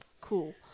cool